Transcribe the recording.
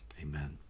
Amen